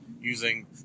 using